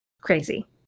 crazy